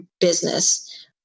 business